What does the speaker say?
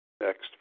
next